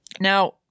Now